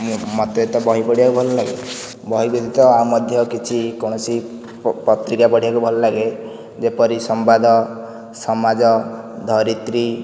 ମୋତେ ତ ବହି ପଢ଼ିବାକୁ ଭଲ ଲାଗେ ବହି ବ୍ୟତୀତ ଆଉ ମଧ୍ୟ କିଛି କୌଣସି ପତ୍ରିକା ପଢ଼ିବାକୁ ଭଲ ଲାଗେ ଯେପରିକି ସମ୍ବାଦ ସମାଜ ଧରିତ୍ରୀ